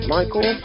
Michael